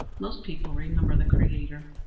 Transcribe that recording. most people remember the creator.